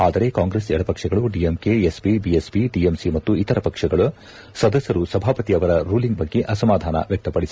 ಆದರೆ ಕಾಂಗ್ರೆಸ್ ಎಡಪಕ್ಷಗಳು DMK SP BSP TMC ಮತ್ತು ಇತರ ಪಕ್ಷಗಳ ಸದಸ್ನರು ಸಭಾಪತಿ ಅವರ ರೂಲಿಂಗ್ ಬಗ್ಗೆ ಅಸಮಾದಾನ ವ್ಯಕ್ತಪಡಿಸಿದರು